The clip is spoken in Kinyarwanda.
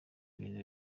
ibintu